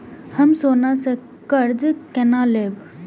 हम सोना से कर्जा केना लैब?